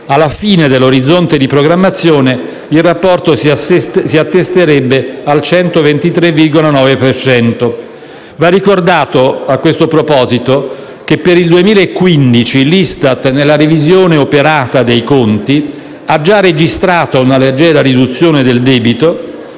Alla fine dell'orizzonte di programmazione, il rapporto si attesterebbe al 123,9 per cento. Va ricordato, a questo proposito, che per il 2015 l'ISTAT, nella revisione operata dei conti, ha giù registrato una leggera riduzione del debito,